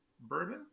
bourbon